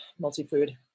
multi-food